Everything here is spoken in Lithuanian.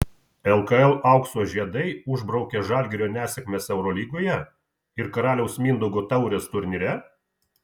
lkl aukso žiedai užbraukė žalgirio nesėkmes eurolygoje ir karaliaus mindaugo taurės turnyre